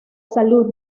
salud